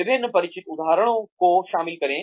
विभिन्न परिचित उदाहरणों को शामिल करें